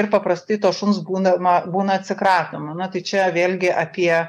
ir paprastai to šuns būnama būna atsikratoma na tai čia vėlgi apie